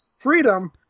freedom